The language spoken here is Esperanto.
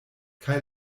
kaj